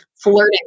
flirting